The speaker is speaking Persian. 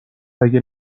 اگه